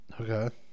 okay